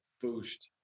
boost